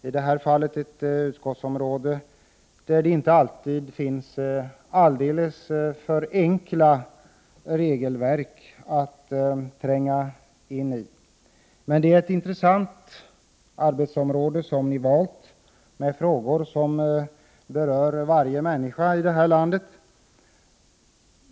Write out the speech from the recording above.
I det här fallet gäller det ett utskottsområde, där det inte alltid finns alldeles enkla regelverk att tränga in i. Ni har valt ett intressant arbetsområde med frågor som berör varje människa i det här landet.